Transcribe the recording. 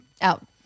Out